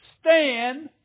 stand